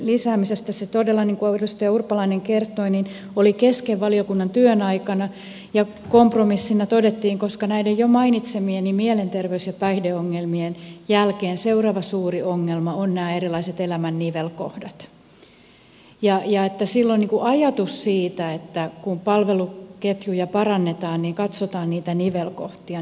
se todella niin kuin edustaja urpalainen kertoi oli kesken valiokunnan työn aikana ja kompromissina todettiin koska näiden jo mainitsemieni mielenterveys ja päihdeongelmien jälkeen seuraava suuri ongelma on nämä erilaiset elämän nivelkohdat että silloin ajatus siitä että kun palveluketjuja parannetaan katsotaan niitä nivelkohtia on hyvä